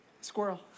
Squirrel